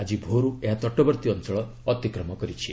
ଆଜି ଭୋରୁ ଏହା ତଟବର୍ତ୍ତୀ ଅଞ୍ଚଳ ଅତିକ୍ରମ କରିଛି